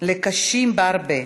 לקשים בהרבה: